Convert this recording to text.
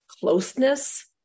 closeness